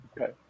Okay